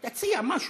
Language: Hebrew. תציע, משהו.